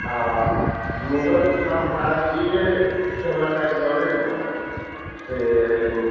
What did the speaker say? आ मुगल साम्राज्येसँ लड़ाइ लड़ाइ लड़ैमे से